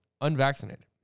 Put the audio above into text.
unvaccinated